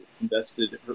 invested